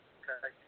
okay